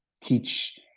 teach